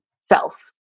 self